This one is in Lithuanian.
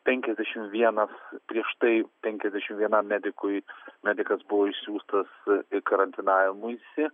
penkiasdešim vienas prieš tai penkiasdešim vienam medikui medikas buvo išsiųstas į karantinavimuisi